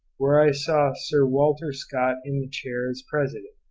where i saw sir walter scott in the chair as president,